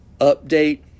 update